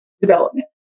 development